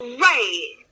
Right